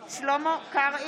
בהצבעה שלמה קרעי,